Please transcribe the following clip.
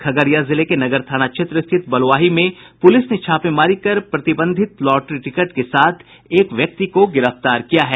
खगड़िया जिले के नगर थाना क्षेत्र स्थित बलुआही में पुलिस ने छापेमारी कर प्रतिबंधित लॉटरी टिकट के साथ एक व्यक्ति को गिरफ्तार किया है